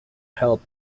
help